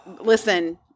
listen